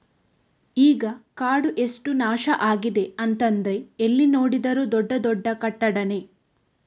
ಈಗ ಕಾಡು ಎಷ್ಟು ನಾಶ ಆಗಿದೆ ಅಂತಂದ್ರೆ ಎಲ್ಲಿ ನೋಡಿದ್ರೂ ದೊಡ್ಡ ದೊಡ್ಡ ಕಟ್ಟಡಾನೇ